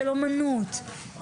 של אומנות,